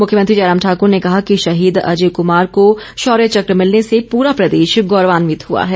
मुख्यमंत्री जयराम ठाक्र ने कहा कि शहीद अजय कुमार को शौर्य चक्र मिलने से पूरा प्रदेश गौरवान्वित हुआ है